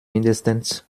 mindestens